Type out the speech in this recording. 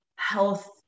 health